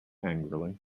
angrily